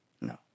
No